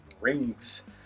Rings